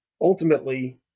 ultimately